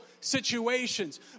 situations